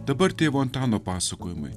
dabar tėvo antano pasakojimai